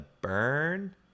burn